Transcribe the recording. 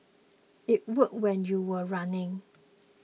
it worked when you were running